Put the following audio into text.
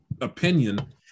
opinion